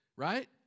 Right